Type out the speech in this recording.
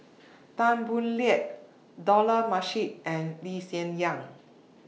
Tan Boo Liat Dollah Majid and Lee Hsien Yang